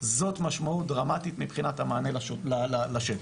זאת משמעות דרמטית מבחינת המענה לשטח,